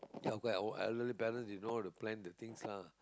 ya okay oh I learn it balance you know how to plan the things lah